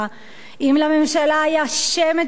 אם לממשלה היה שמץ של כבוד,